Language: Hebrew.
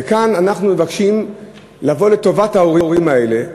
וכאן אנחנו מבקשים לבוא לטובת ההורים האלה.